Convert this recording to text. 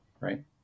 right